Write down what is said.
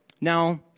Now